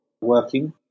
working